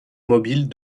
mobile